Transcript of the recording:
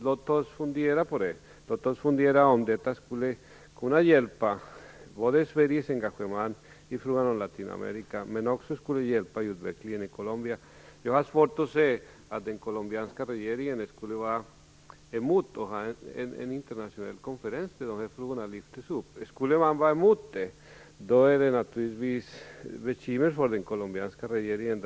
Låt oss fundera på om detta skulle kunna stödja både Sveriges engagemang i Latinamerika och utvecklingen i Jag har svårt att se att den colombianska regeringen skulle kunna vara emot en internationell konferens där dessa frågor togs upp. Om man skulle vara emot det, skulle det innebära bekymmer för den colombianska regeringen.